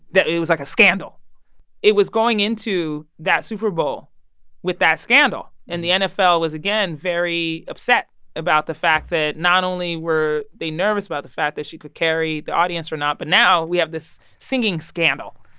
it was, like, a scandal it was going into that super bowl with that scandal. and the nfl was, again, very upset about the fact that not only were they nervous about the fact that she could carry the audience or not, but now we have this singing scandal.